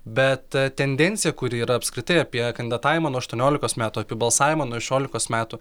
bet tendencija kuri yra apskritai apie kandidatavimą nuo aštuoniolikos metų apie balsavimą nuo šešiolikos metų